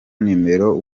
numero